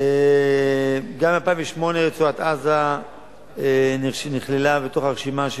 ב-2008 רצועת-עזה נכללה ברשימה,